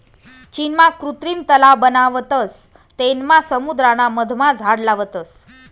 चीनमा कृत्रिम तलाव बनावतस तेनमा समुद्राना मधमा झाड लावतस